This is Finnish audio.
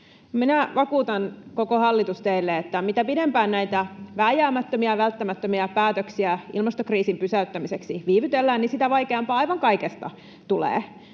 Minä vakuutan, koko hallitus, teille, että mitä pidempään näitä vääjäämättömiä ja välttämättömiä päätöksiä ilmastokriisin pysäyttämiseksi viivytellään, niin sitä vaikeampaa aivan kaikesta tulee.